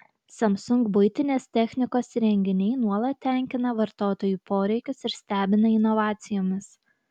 samsung buitinės technikos įrenginiai nuolat tenkina vartotojų poreikius ir stebina inovacijomis